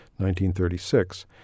1936